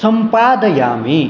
सम्पादयामि